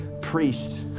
priest